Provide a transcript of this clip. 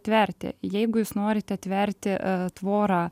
tverti jeigu jūs norite tverti tvorą